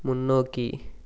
முன்னோக்கி